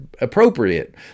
appropriate